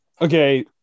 Okay